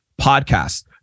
Podcast